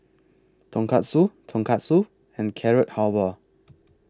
Tonkatsu Tonkatsu and Carrot Halwa